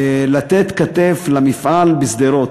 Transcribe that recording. לתת כתף למפעל בשדרות.